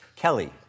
Kelly